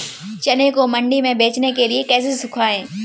चने को मंडी में बेचने के लिए कैसे सुखाएँ?